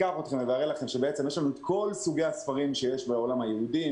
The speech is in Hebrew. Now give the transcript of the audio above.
יש לנו את כל סוגי הספרים שיש בעולם היהודי,